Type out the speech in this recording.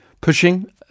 pushing